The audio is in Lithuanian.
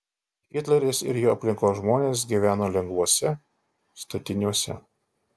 hitleris ir jo aplinkos žmonės gyveno lengvuose statiniuose